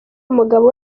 umugabo